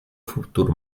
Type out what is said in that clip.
futur